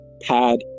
pad